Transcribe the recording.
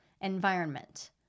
environment